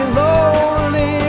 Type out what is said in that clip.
lonely